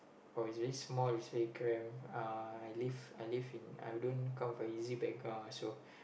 oh it's very small it's very cramp uh I live I live in I don't come from easy background also